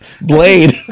Blade